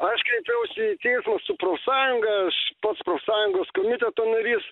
aš kreipiausi į teismą su profsąjunga aš pats profsąjungos komiteto narys